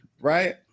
right